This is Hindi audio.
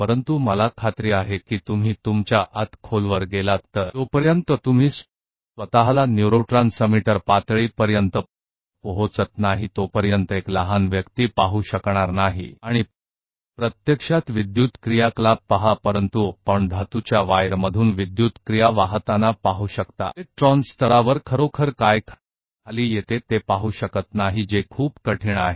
लेकिन मुझे यकीन है कि अगर आप अपने अंदर गहराई तक जाते हैं तो आप तब तक नहीं पाएंगे जब तक कि आप अपने आप को न्यूरोट्रांसमीटर के स्तर तक नहीं ले जाते हैंसबसे छोटे व्यक्ति में और वास्तव में विद्युत गतिविधि देख लेते लेकिन आप विद्युत गतिविधि को धातु के तार में बहते हुए नहीं देख सकते हैं जो वास्तव में इलेक्ट्रॉनिक स्तर तक आता है जो बहुत मुश्किल है